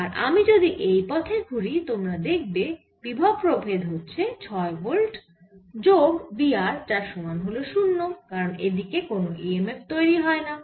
আর আমি যদি এই পথে ঘুরি তোমরা দেখবে বিভব প্রভেদ হচ্ছে 6 ভোল্ট যোগ V r যার সমান হল 0 কারণ এইদিকে কোন EMF তৈরি হয় না